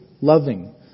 loving